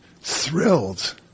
thrilled